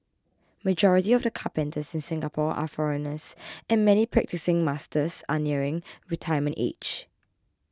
majority of the carpenters in Singapore are foreigners and many practising masters are nearing retirement age